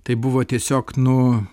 tai buvo tiesiog nu